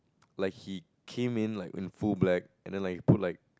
like he came in like in full black and then like it put like